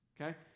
Okay